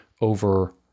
over